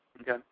Okay